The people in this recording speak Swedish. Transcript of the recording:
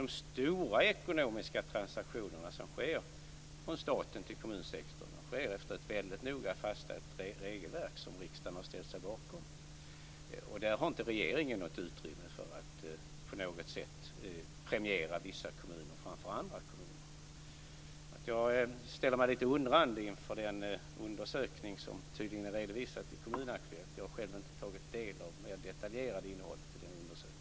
De stora ekonomiska transaktioner som sker från staten till kommunsektorn sker efter ett väldigt noga fastställt regelverk som riksdagen har ställt sig bakom. Där har inte regeringen något utrymme för att på något sätt premiera vissa kommuner framför andra kommuner. Jag ställer mig lite undrande inför den undersökning som tydligen är redovisad i Kommun-Aktuellt. Jag har själv inte tagit del av det mer detaljerade innehållet i den undersökningen.